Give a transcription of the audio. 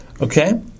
Okay